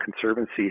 conservancy